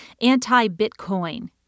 anti-Bitcoin